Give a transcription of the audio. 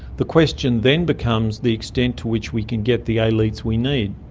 the question then becomes the extent to which we can get the elites we need.